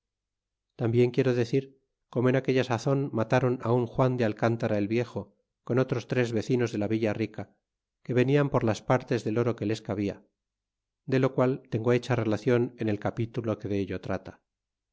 tambien quiero decir como en aquella sazon matron un juan de alcantara el viejo con otros tres vecinos de la villa rica que venian por las partes del oro que les cabia de lo qual tengo hecha relacion en el capitulo que dello trata